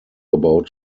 about